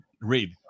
read